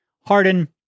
Harden